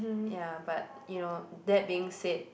ya but you know that being said